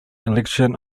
election